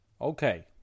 Okay